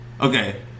Okay